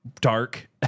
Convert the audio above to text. dark